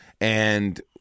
and-